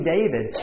David